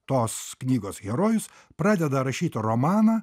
tos knygos herojus pradeda rašyti romaną